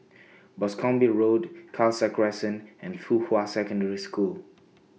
Boscombe Road Khalsa Crescent and Fuhua Secondary School